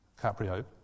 Caprio